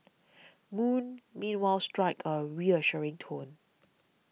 moon meanwhile struck a reassuring tone